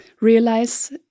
realize